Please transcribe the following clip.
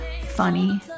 funny